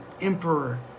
emperor